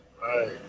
Right